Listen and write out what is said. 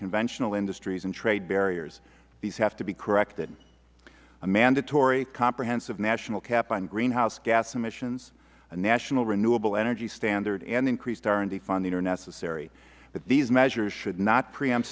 conventional industries and trade barriers these have to be corrected a mandatory comprehensive national cap on greenhouse gas emissions a national renewable energy standard and increased r and d funding are necessary but these measures should not preempt